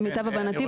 למיטב הבנתי,